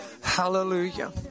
Hallelujah